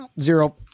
zero